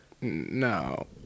no